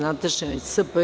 Nataše Sp.